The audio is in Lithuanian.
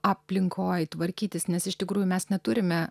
aplinkoj tvarkytis nes iš tikrųjų mes neturime